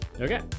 Okay